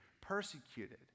persecuted